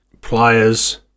pliers